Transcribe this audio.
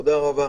תודה רבה.